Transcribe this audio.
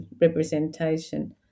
representation